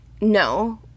No